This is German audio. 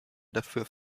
dafür